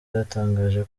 yatangaje